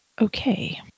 Okay